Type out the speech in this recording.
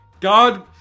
God